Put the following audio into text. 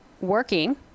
working